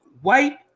White